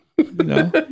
No